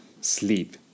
sleep